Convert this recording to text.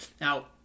now